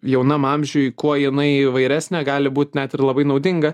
jaunam amžiuj kuo jinai įvairesnė gali būt net ir labai naudinga